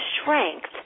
strength